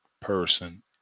person